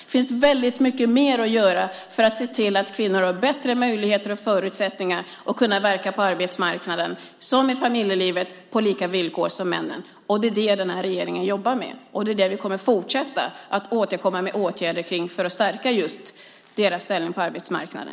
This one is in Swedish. Det finns mycket mer att göra för att se till att kvinnor har bättre möjligheter och förutsättningar att på lika villkor kunna verka såväl på arbetsmarknaden som i familjelivet. Det är det som regeringen jobbar med, och vi återkommer med fler åtgärder för att stärka just kvinnornas ställning på arbetsmarknaden.